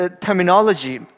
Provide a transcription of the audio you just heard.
terminology